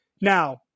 Now